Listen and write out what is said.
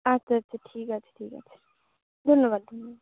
আচ্ছা আচ্ছা ঠিক আছে ঠিক আছে ধন্যবাদ ধন্যবাদ